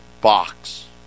box